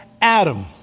Adam